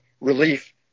relief